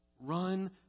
Run